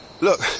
Look